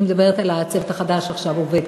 אני מדברת על הצוות החדש שעכשיו עובד,